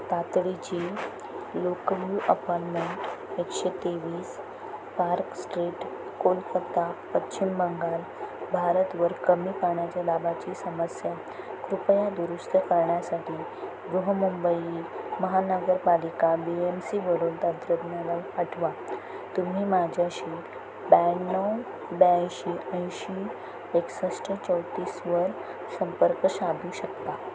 तातडीची लोकनयु अपारमेंट एकशे तेवीस पार्क स्ट्रीट कोलकत्ता पश्चिम बंगाल भारतवर कमी पाण्याच्या दाबाची समस्या कृपया दुरुस्त करण्यासाठी बृहन्मुंबई महानगरपालिका बी एम सीवरून तंत्रज्ञाला पाठवा तुम्ही माझ्याशी ब्याण्णव ब्याऐंशी ऐंशी एकसष्ट चौतीसवर संपर्क साधू शकता